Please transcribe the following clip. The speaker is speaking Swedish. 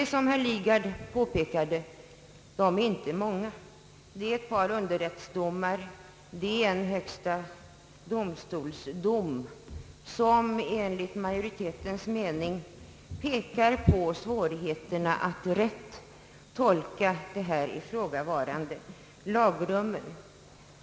Som herr Lidgard påpekade är de inte många. Det är ett par underrättsdomar och en dom i högsta domstolen, som enligt vår mening visar svårigheterna att rätt tolka det ifrågavarande lagrummet.